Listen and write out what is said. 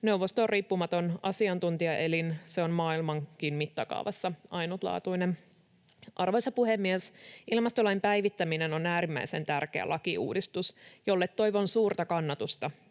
Neuvosto on riippumaton asiantuntijaelin. Se on maailmankin mittakaavassa ainutlaatuinen. Arvoisa puhemies! Ilmastolain päivittäminen on äärimmäisen tärkeä lakiuudistus, jolle toivon suurta kannatusta